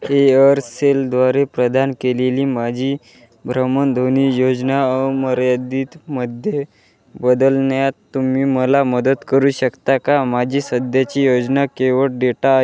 एअरसेलद्वारे प्रदान केलेली माझी भ्रमणध्वनी योजना अमर्यादितमध्ये बदलण्यात तुम्ही मला मदत करू शकता का माझी सध्याची योजना केवळ डेटा आहे